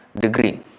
degree